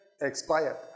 expired